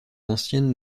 ancien